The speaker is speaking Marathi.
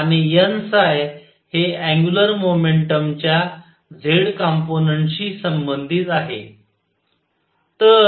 आणि n हे अँग्युलर मोमेंटम च्या z कंपोनंन्ट शी संबंधित आहे